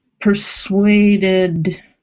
persuaded